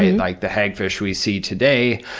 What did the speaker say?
and like the hagfish we see today,